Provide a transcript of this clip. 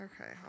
Okay